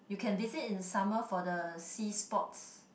you can visit in summer for the sea sports